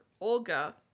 Olga